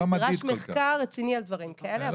נדרש מחקר רציני על דברים כאלה.